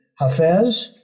Hafez